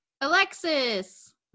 Alexis